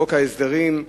בחוק ההסדרים,